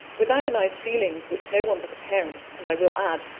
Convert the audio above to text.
with agonised feelings which no one but a parent, and i will add,